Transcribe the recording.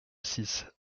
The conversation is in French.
six